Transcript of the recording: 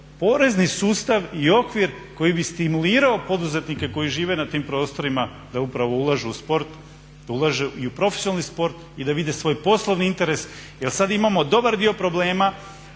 porezni sustav i okvir koji bi stimulirao poduzetnike koji žive na tim prostorima da ulažu u sport da ulažu i u profesionalni sport i da vide svoj poslovni interes jer sada imamo dobar dio problema